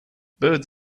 birds